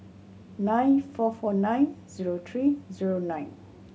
nine four four nine zero three zero nine